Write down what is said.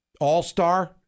all-star